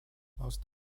most